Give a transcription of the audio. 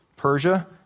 Persia